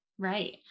Right